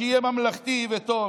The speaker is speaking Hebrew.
שיהיה ממלכתי וטוב.